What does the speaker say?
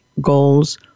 goals